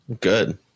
Good